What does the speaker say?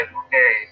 okay